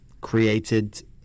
created